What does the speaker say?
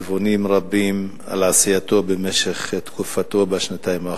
מכיוונים רבים על עשייתו במשך כהונתו בשנתיים האחרונות.